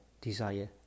desire